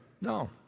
No